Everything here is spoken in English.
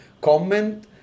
comment